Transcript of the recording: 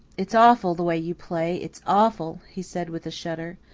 it's awful the way you play it's awful, he said with a shudder.